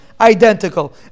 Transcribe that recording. identical